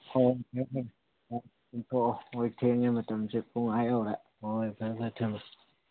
ꯇꯨꯝꯊꯣꯛꯑꯣ ꯍꯣꯏ ꯊꯦꯡꯉꯦ ꯃꯇꯝꯁꯦ ꯄꯨꯡ ꯑꯥ ꯌꯧꯔꯦ ꯍꯣꯏ ꯐꯔꯦ ꯐꯔꯦ ꯊꯝꯃꯨ